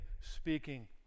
speaking